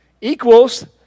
equals